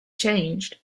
changed